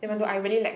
mmhmm